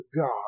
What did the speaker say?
God